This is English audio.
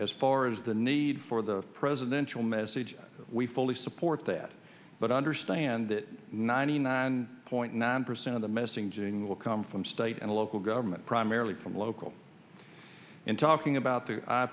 as far as the need for the presidential message we fully support that but understand that ninety nine point nine percent of the missing jing will come from state and local government primarily from local in talking about the